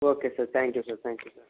okay sir thank you sir thank you